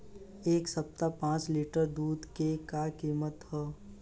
एह सप्ताह पाँच लीटर दुध के का किमत ह?